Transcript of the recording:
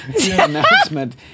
announcement